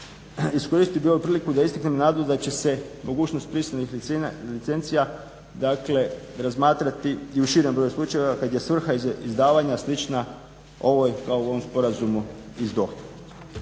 Iskoristio bih ovu priliku da istaknem nadu da će se mogućnost … licencija razmatrati i u širem broju slučajeva kad je svrha izdavanja slična ovoj kao u ovom sporazumu iz Dohe.